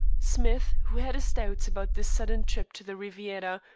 smith, who had his doubts about this sudden trip to the riviera,